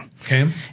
Okay